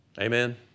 Amen